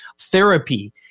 therapy